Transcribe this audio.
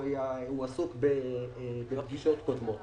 הוא עסוק בפגישות קודמות.